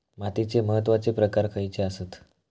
मातीचे महत्वाचे प्रकार खयचे आसत?